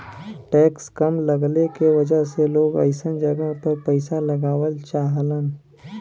tax कम लगले के वजह से लोग अइसन जगह पर पइसा लगावल चाहलन